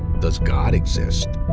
does god exist?